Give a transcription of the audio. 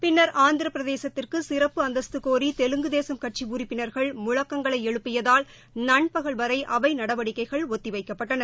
பின்னா் ஆந்திர பிரதேசத்திற்கு சிறப்பு அந்தஸ்து கோரி தெலுங்கு தேசம் கட்சி உறுப்பினா்கள் முழக்கங்களை எழுப்பியதால் நண்பகல் வரை அவை நடவடிக்கைகள் ஒத்திவைக்கப்பட்டன